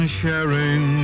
sharing